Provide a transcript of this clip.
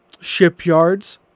shipyards